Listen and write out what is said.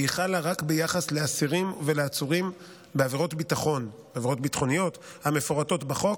והיא חלה רק ביחס לאסירים ולעצורים בעבירות ביטחוניות המפורטות בחוק,